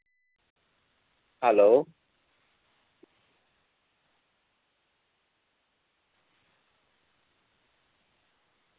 hello